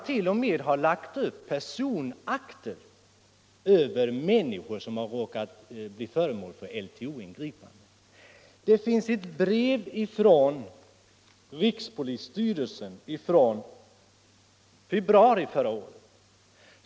0. m. har lagt upp personakter över människor som råkat bli föremål för LTO-ingripanden. Nr 10 I ett brev från rikspolisstyrelsen i februari förra året.